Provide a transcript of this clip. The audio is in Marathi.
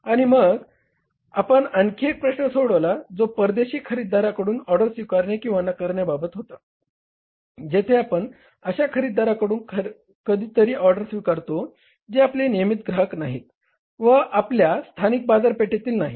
आणि मग आपण आणखी एक प्रश्न सोडवला जो परदेशी खरेदीदाराकडून ऑर्डर स्वीकारणे किंवा नकारण्या बाबत होता जेथे आपण अशा खरेदीदाराकडून कधी तरी ऑर्डर स्वीकारतो जे आपले नियमित ग्राहक नाहीत व आपल्या स्थानिक बाजारपेठेतील नाहीत